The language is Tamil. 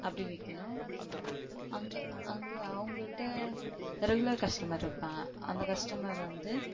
அப்படி விக்கணும் அங்கே அங்கே அவங்கள்ட்ட ரெகுலர் கஸ்டமர் இருப்பாங்க அந்த கஸ்டமர் வந்து